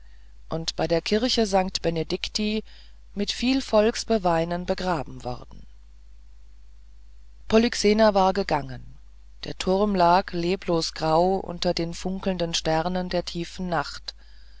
und bei der kirchen st benedicti mit viel volks beweinen begraben worden polyxena war gegangen der turm lag leblos grau unter den funkelnden sternen der tiefen nacht